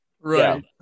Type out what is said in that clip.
Right